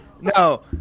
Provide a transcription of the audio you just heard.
no